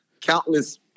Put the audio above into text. countless